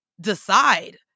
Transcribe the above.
decide